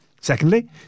Secondly